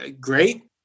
great